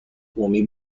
کومی